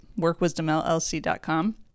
workwisdomllc.com